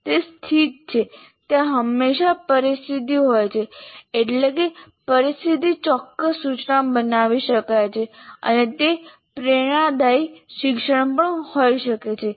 તે સ્થિત છે ત્યાં હંમેશા પરિસ્થિતિ હોય છે એટલે કે પરિસ્થિતિ ચોક્કસ સૂચના બનાવી શકાય છે અને તે પ્રેરણાદાયી શિક્ષણ પણ હોઈ શકે છે